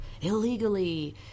illegally